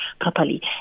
properly